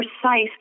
precise